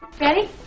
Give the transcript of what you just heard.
ready